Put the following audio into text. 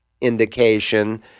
indication